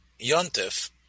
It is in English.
Yontif